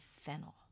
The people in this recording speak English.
fennel